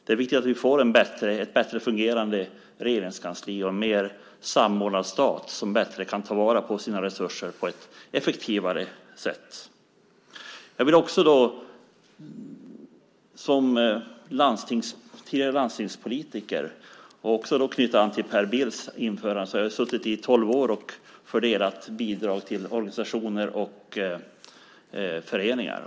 Det är viktigt att vi får ett bättre fungerande regeringskansli och en mer samordnad stat som på ett effektivare sätt kan ta vara på sina resurser. Jag vill också som tidigare landstingspolitiker knyta an till Per Bills anförande. Jag har suttit i tolv år och fördelat bidrag till organisationer och föreningar.